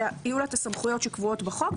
שיהיו לה את הסמכויות שקבועות בחוק,